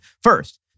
First